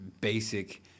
basic